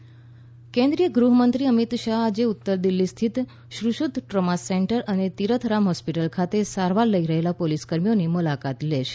અમિત શાહ્ કેન્દ્રીય ગૃહમંત્રી અમિત શાહ આજે ઉત્તર દિલ્હી સ્થિત શ્રૃષુત ટ્રોમા સેન્ટર અને તિરથ રામ હોસ્પિટલ ખાતે સારવાર લઈ રહેલા પોલીસ કર્મીઓની મુલાકાત લેશે